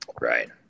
right